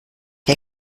wer